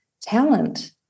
talent